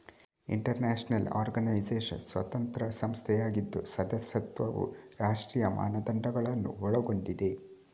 inter national organisation ಸ್ವತಂತ್ರ ಸಂಸ್ಥೆಯಾಗಿದ್ದು ಸದಸ್ಯತ್ವವು ರಾಷ್ಟ್ರೀಯ ಮಾನದಂಡಗಳನ್ನು ಒಳಗೊಂಡಿದೆ